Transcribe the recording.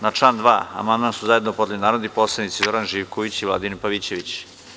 Na član 2. amandman su zajedno podneli narodni poslanici Zoran Živković i Vladimir Pavićević.